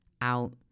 out